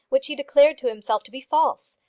which he declared to himself to be false.